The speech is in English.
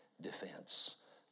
defense